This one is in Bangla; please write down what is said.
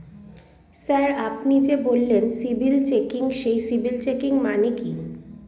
স্যার আপনি যে বললেন সিবিল চেকিং সেই সিবিল চেকিং মানে কি?